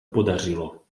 podařilo